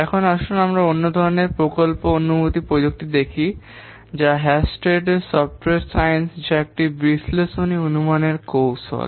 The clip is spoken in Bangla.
এখন আসুন আমরা অন্য ধরণের প্রকল্প অনুমান প্রযুক্তি দেখি যা হালস্টিডের সফটওয়্যার সায়েন্স যা একটি বিশ্লেষণী অনুমানের কৌশল